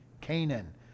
Canaan